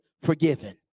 forgiven